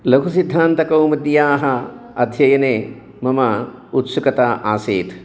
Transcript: लघुसिद्धान्तकौमुद्याः अध्ययने मम उत्सुकता आसीत्